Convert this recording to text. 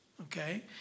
okay